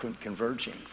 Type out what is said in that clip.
converging